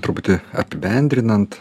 truputį apibendrinant